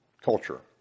culture